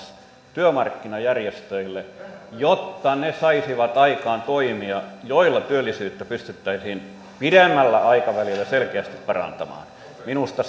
työmarkkinajärjestöille jotta ne saisivat aikaan toimia joilla työllisyyttä pystyttäisiin pidemmällä aikavälillä selkeästi parantamaan minusta